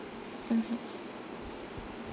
mmhmm